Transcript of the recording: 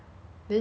with the words